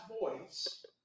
voice